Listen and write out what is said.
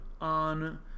on